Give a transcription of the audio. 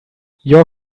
your